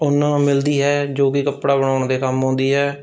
ਉੱਨ ਮਿਲਦੀ ਹੈ ਜੋ ਕਿ ਕੱਪੜਾ ਬਣਾਉਣ ਦੇ ਕੰਮ ਆਉਂਦੀ ਹੈ